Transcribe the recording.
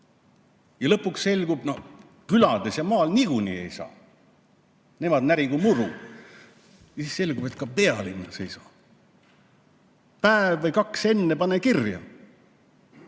Ja lõpuks selgub – külades ja maal niikuinii ei saa, nemad närigu muru! –, et ka pealinnas ei saa. Päev või kaks enne pane kirja.